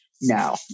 No